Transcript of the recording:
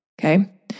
Okay